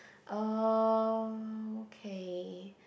okay